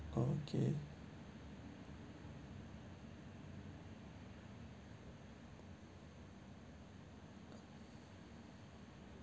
okay